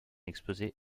exposée